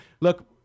look